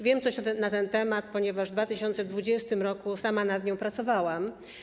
Wiem coś na ten temat, ponieważ w 2020 r. sama nad nią pracowałam.